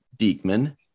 Diekman